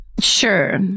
sure